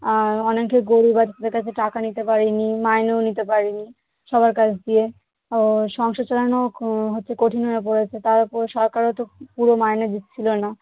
আর অনেকে গরীব আছে কাছে টাকা নিতে পারি নি মাইনেও নিতে পারি নি সবার কাছ দিয়ে সংসার চালানো হচ্ছে কঠিন হয়ে পড়েছে তার উপর সরকারও তো পুরো মাইনে দিচ্ছিলো না